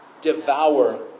devour